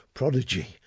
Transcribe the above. prodigy